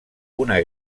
una